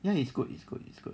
ya it's good it's good it's good